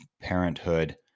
parenthood